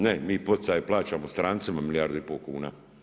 Ne, mi poticaj plaćamo strancima milijardu i pol kuna.